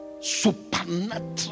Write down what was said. Supernatural